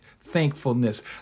thankfulness